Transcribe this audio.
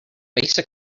basic